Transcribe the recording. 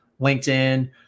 LinkedIn